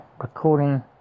recording